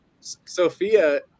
Sophia